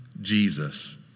Jesus